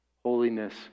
Holiness